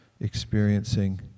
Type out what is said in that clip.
experiencing